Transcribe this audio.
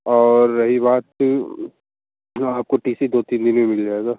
और रही बात कि जो आपको टि सी दो तीन दिन में मिल जाएगा